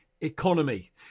economy